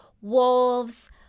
wolves